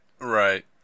Right